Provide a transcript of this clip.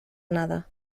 nada